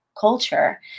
culture